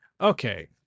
Okay